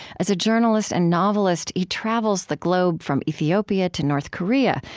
as a journalist and novelist, he travels the globe from ethiopia to north korea,